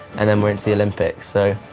and then we're into the olympics. so,